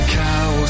cow